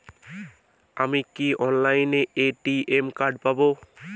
আমি কি অনলাইনে এ.টি.এম কার্ড পাব?